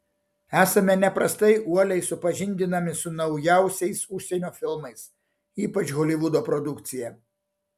esame neprastai uoliai supažindinami su naujausiais užsienio filmais ypač holivudo produkcija